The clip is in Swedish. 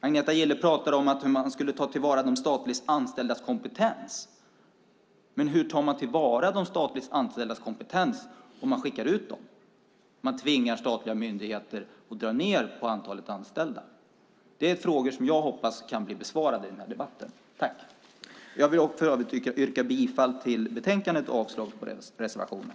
Agneta Gille pratade om att man skulle ta till vara de statligt anställdas kompetens, men hur tar man till vara de statligt anställdas kompetens om man skickar ut dem? Man tvingar statliga myndigheter att dra ned på antalet anställda. Detta är frågor jag hoppas kan bli besvarade i denna debatt. Jag yrkar bifall till förslaget i betänkandet och avslag på reservationen.